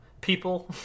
people